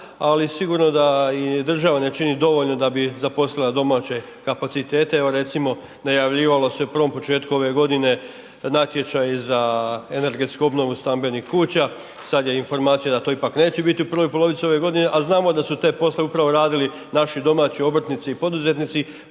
ali sigurno da i država ne čini dovoljno da bi zaposlila domaće kapacitete. Evo, recimo, najavljivalo se prvom početkom ove godine, natječaj za energetsku obnovu stambenih kuća. Sada je informacija da to ipak neće biti u prvoj polovici ove godine, a znamo da su te poslove upravo radili naši domaći obrtnici i poduzetnici,